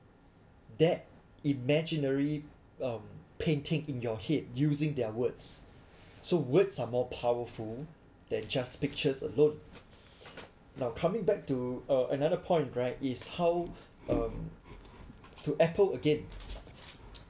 that imaginary painting in your head using their words so words are more powerful than just pictures alone now coming back to uh another point right is how um to Apple again